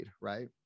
right